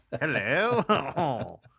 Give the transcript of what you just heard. Hello